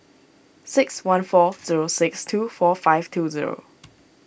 six one four zero six two four five two zero